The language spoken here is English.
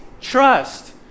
trust